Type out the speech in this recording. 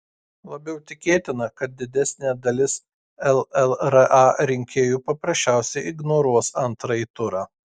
labiau tikėtina kad didesnė dalis llra rinkėjų paprasčiausiai ignoruos antrąjį turą